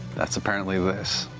that's apparently this.